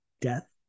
death